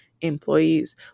employees